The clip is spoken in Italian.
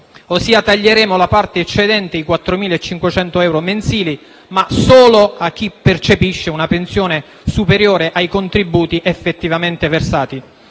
ossia taglieremo la parte eccedente i 4.500 euro mensili, ma solo a chi percepisce una pensione superiore ai contributi effettivamente versati.